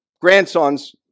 grandson's